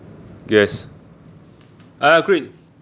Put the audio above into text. yes I agree